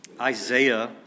Isaiah